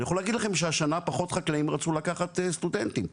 אני יכול להגיד לכם שהשנה פחות חקלאים רצו לקחת סטודנטים,